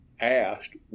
asked